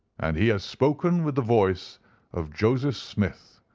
and he has spoken with the voice of joseph smith,